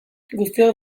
guztiok